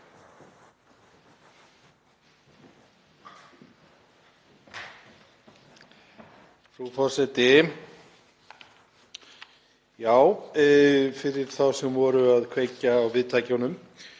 Frú forseti. Fyrir þá sem voru að kveikja á viðtækjunum